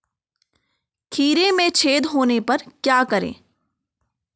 खीरे में छेद होने पर क्या करें?